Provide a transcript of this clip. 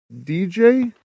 DJ